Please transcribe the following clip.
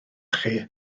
chi